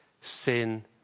sin